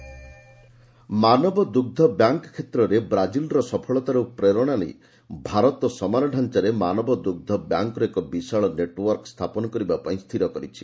Choubey BRICS ମାନବ ଦୁଗ୍ମ bank କ୍ଷେତ୍ରରେ ବ୍ରାଜିଲର ସଫଳତାରୁ ପ୍ରେରଣା ନେଇ ଭାରତ ସମାନ ଢ଼ାଞ୍ଚାରେ ମାନବ ଦୁଗ୍ଧ ବ୍ୟାଙ୍କର ଏକ ବିଶାଳ ନେଟୱାର୍କ ସ୍ଥାପନ କରିବା ପାଇଁ ସ୍ଥିର କରିଛି